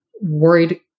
worried